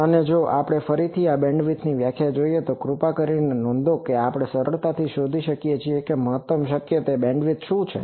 અને જો આપણે ફરીથી આ બેન્ડવિડ્થની વ્યાખ્યા જોઈએ તો કૃપા કરીને નોંધો કે આપણે સરળતાથી શોધી શકીએ છીએ કે મહત્તમ શક્ય તે બેન્ડવિડ્થ શું છે